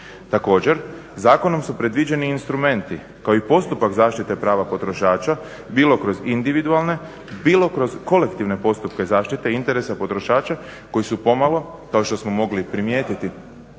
Također zakonom su predviđeni instrumenti kao i postupak zaštite prava potrošača bilo kroz individualne, bilo kroz kolektivne postupke zaštite interesa potrošača koji su pomalo kao što smo mogli primijetiti